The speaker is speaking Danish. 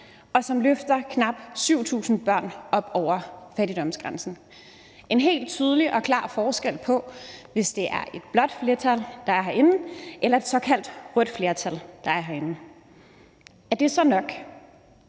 og løfter knap 7.000 børn op over fattigdomsgrænsen. Det er en helt tydelig og klar forskel, i forhold til om det er et blåt flertal, der er herinde, eller om det er et såkaldt rødt flertal, der er herinde. Er det så nok?